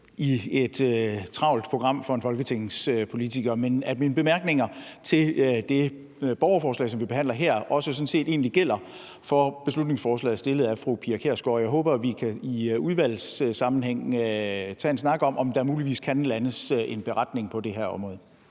i et travlt program for en folketingspolitiker. Men mine bemærkninger til det borgerforslag, som vi behandler her, gælder sådan set også beslutningsforslaget fremsat af fru Pia Kjærsgaard. Og jeg håber, vi i udvalgssammenhæng kan tage en snak om, om der muligvis kan landes en beretning på det her område.